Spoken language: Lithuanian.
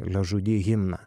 le žudy himną